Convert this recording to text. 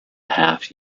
half